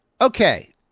Okay